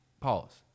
pause